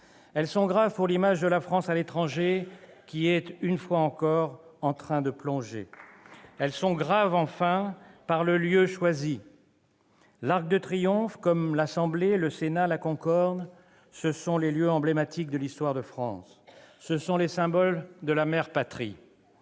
Elles sont graves, ensuite, pour l'image de la France à l'étranger, qui est en train, une fois encore, de plonger. Elles sont graves, enfin, par le lieu choisi. L'Arc de Triomphe comme l'Assemblée nationale, le Sénat, la Concorde sont les lieux emblématiques de l'histoire de France ; ce sont les symboles de la mère patrie.